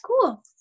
cool